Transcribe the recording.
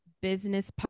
business